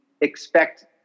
expect